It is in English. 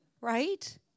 Right